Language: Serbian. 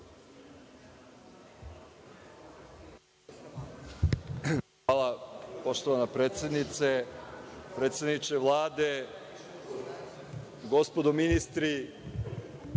Hvala poštovana predsednice. Predsedniče Vlade, gospodo ministri,